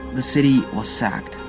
the city was sacked.